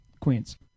queens